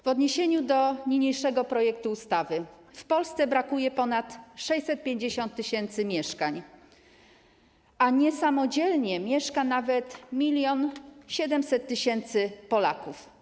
W odniesieniu do niniejszego projektu ustawy: w Polsce brakuje ponad 650 tys. mieszkań, a niesamodzielnie mieszka nawet 1700 tys. Polaków.